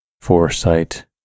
foresight